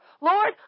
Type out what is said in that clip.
Lord